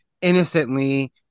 innocently